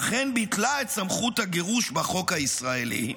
אכן ביטלה את סמכות הגירוש בחוק הישראלי,